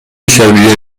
شبیه